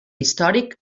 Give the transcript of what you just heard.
històric